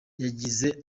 yagize